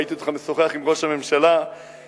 וראיתי אותך משוחח עם ראש הממשלה באהבה,